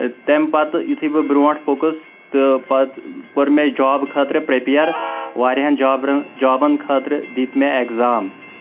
تہٕ تَمہِ پَتہٕ یِتھُے بہٕ برنٹھ پوکُس تہٕ پتہٕ کوٚر مےٚ جاب خٲطرٕ پریٚپِیر واریاہَن جابرن جابَن خٲطرٕ دِتۍ مےٚ ایٚگزام